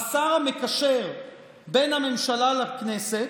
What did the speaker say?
השר המקשר בין הממשלה לכנסת,